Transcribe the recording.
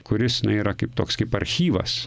kuris na yra kaip toks kaip archyvas